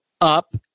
up